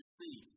see